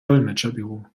dolmetscherbüro